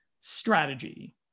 strategy